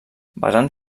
basant